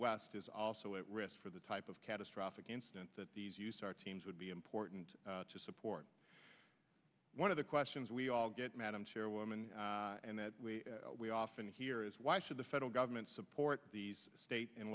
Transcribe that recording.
west is also at risk for the type of catastrophic incident that these use our teams would be important to support one of the questions we all get madam chairwoman and that we often hear is why should the federal government support these state and